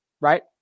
right